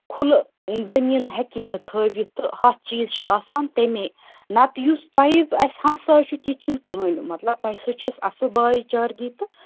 کُھلہ زمیٖن ہیٚکہی نہٕ تھٔوِتھ تہٕ ہَتھ چیٖز چھِ آسان تَمی نَتہٕ یُس تۄہہِ اَسہٕ ہمسایہِ چھِ تِتھۍ چھِنہ کٕہۭن مطلب تۄہہِ سۭتۍ چھُ اَسہِ اصل بایی چار گی تہِ